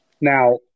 Now